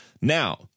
Now